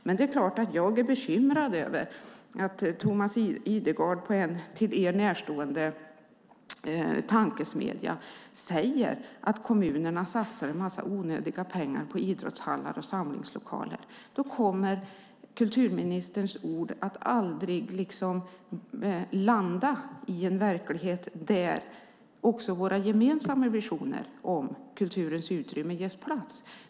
Men det är klart att jag är bekymrad över att Thomas Idergard på en tankesmedja närstående er säger att kommunerna satsar en massa onödiga pengar på idrottshallar och samlingslokaler. Då kommer kulturministerns ord aldrig att landa i en verklighet där också våra gemensamma visioner om kulturens utrymme ges plats.